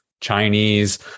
Chinese